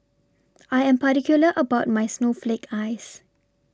I Am particular about My Snowflake Ice